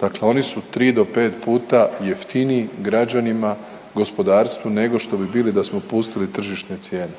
dakle oni su 3 do 5 puta jeftiniji građanima i gospodarstvu nego što bi bili da smo pustili tržišne cijene.